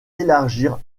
élargir